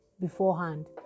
beforehand